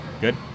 Good